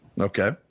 Okay